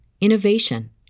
innovation